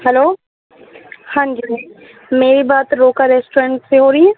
hello ہاں جی میری بات روکا ریسٹورینٹ سے ہو رہی ہے